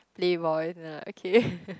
playboys then i like okay